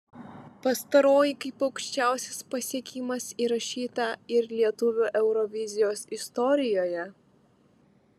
pastaroji kaip aukščiausias pasiekimas įrašyta ir lietuvių eurovizijos istorijoje